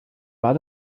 war